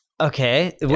Okay